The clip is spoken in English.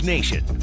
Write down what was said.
Nation